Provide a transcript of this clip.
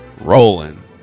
Rolling